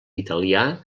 italià